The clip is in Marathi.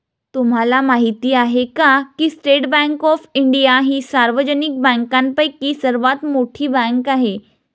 तुम्हाला माहिती आहे का की स्टेट बँक ऑफ इंडिया ही सार्वजनिक बँकांपैकी सर्वात मोठी बँक आहे